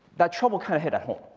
that trouble kind of hit at home.